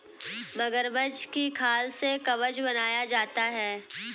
मगरमच्छ की खाल से कवच बनाया जाता है